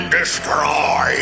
destroy